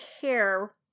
care